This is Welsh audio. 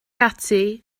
ati